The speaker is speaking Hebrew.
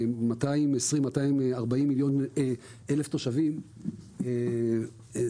240,000 תושבים וכרגע יש לה שתי כניסות,